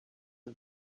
her